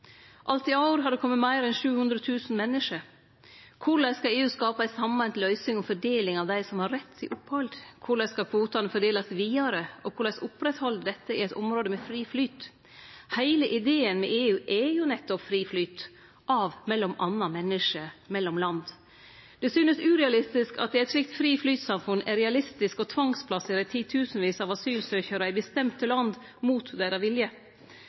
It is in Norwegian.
Alt i år har det kome meir enn 700 000 menneske. Korleis skal EU skape ei sameint løysing om fordeling av dei som har rett til opphald? Korleis skal kvotane fordelast vidare, og korleis oppretthalde dette i eit område med fri flyt? Heile ideen med EU er jo nettopp fri flyt – av mellom anna menneske mellom land. Det synest urealistisk at det i eit slikt fri flyt-samfunn er realistisk å tvangsplassere titusenvis av asylsøkjarar i bestemte land mot deira vilje.